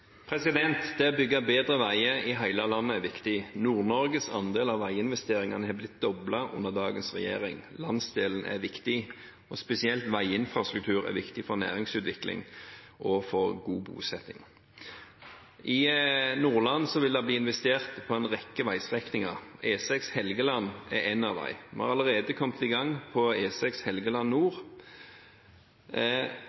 landet er viktig. Nord-Norges andel av veiinvesteringene har blitt doblet under dagens regjering. Landsdelen er viktig, og spesielt veiinfrastruktur er viktig for næringsutvikling og for god bosetting. I Nordland vil det bli investert på en rekke veistrekninger. E6 Helgeland er en av dem. Vi har allerede kommet i gang på